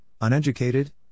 uneducated